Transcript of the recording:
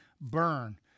burn